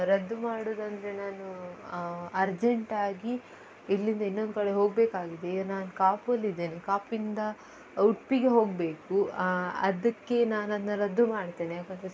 ರದ್ದು ಮಾಡೋದೆಂದ್ರೆ ನಾನು ಅರ್ಜೆಂಟಾಗಿ ಇಲ್ಲಿಂದ ಇನ್ನೊಂದು ಕಡೆ ಹೋಗಬೇಕಾಗಿದೆ ಈಗ ನಾನು ಕಾಪು ಅಲ್ಲಿದ್ದೇನೆ ಕಾಪುವಿಂದ ಉಡುಪಿಗೆ ಹೋಗಬೇಕು ಅದಕ್ಕೆ ನಾನು ಅದನ್ನ ರದ್ದು ಮಾಡ್ತೇನೆ ಯಾಕೆಂದ್ರೆ